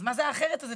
אז מה זה האחרת הזה?